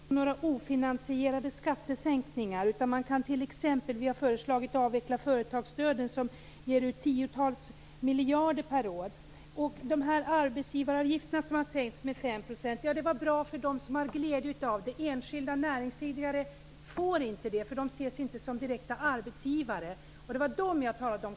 Herr talman! Jag talar inte om några ofinansierade skattesänkningar. Man kan, som vi har föreslagit, t.ex. avveckla företagsstöden. Det ges ut tiotals miljarder kronor per år. Det här med arbetsgivaravgifterna som har sänkts med 5 % är bra för dem som får glädje av det. Enskilda näringsidkare får inte det. De ses inte som direkta arbetsgivare. Det var dem jag talade om.